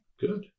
good